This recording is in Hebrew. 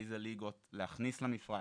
אילו ליגות להכניס למפרט,